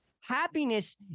Happiness